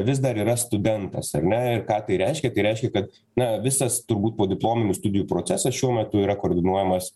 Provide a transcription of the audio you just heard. vis dar yra studentas ar ne ir ką tai reiškia tai reiškia ka na visas turbūt podiplominių studijų procesas šiuo metu yra koordinuojamas